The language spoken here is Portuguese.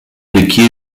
daqui